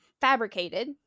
fabricated